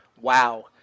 wow